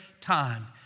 time